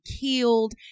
killed